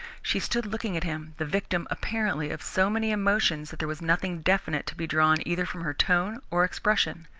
she stood looking at him, the victim, apparently, of so many emotions that there was nothing definite to be drawn either from her tone or expression.